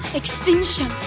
extinction